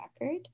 record